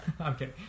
Okay